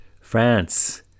France